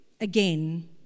again